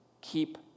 Keep